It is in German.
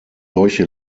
solche